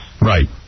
Right